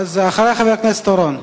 אז אחרי חבר הכנסת אורון.